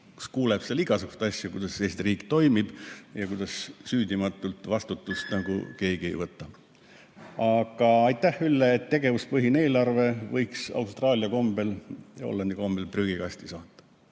kus kuuleb igasuguseid asju, kuidas Eesti riik toimib ja kuidas süüdimatult vastutust keegi ei võta. Aga aitäh, Ülle, et tegevuspõhise eelarve võiks Austraalia ja Hollandi kombel prügikasti saata.